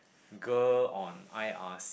girl on I_R_C